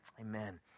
Amen